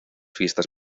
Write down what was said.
fiestas